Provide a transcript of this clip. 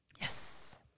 Yes